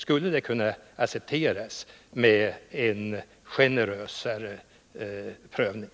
Skulle man kunna acceptera en generösare prövning?